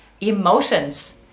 emotions